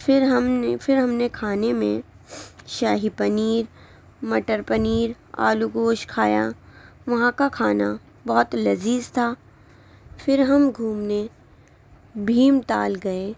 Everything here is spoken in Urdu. پھر ہم نے پھر ہم نے کھانے میں شاہی پنیر مٹر پنیر آلو گوشت کھایا وہاں کا کھانا بہت لذیذ تھا پھر ہم گھومنے بھیم تال گئے